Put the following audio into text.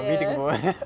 ya